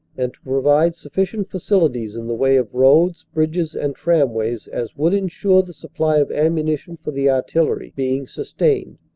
and to provide sufficient facilities in the way of roads, bridges and tramways as would ensure the supply of ammunition for the artillery being sustained,